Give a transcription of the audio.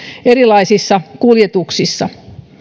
erilaisissa kuljetuksissa